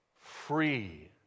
free